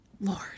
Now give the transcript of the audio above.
Lord